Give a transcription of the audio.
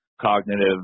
cognitive